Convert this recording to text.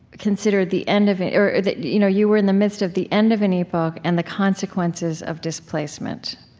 considered the end of an or that you know you were in the midst of the end of an epoch and the consequences of displacement,